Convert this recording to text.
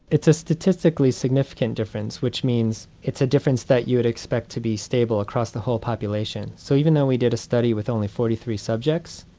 it's a statistically significant difference, which means it's a difference that you would expect to be stable across the whole population. so even though we did a study with only forty three subjects,